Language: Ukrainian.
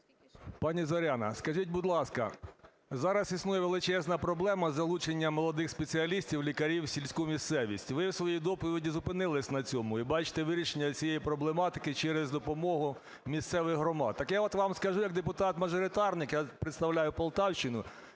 Пані Зоряна, скажіть, будь ласка, зараз існує величезна проблема із залученням молодих спеціалістів-лікарів у сільську місцевість. Ви у своїй доповіді зупинилися на цьому і бачите вирішення цієї проблематики через допомогу місцевих громад. Так я от вам скажу як депутат-мажоритарник, я представляю Полтавщину,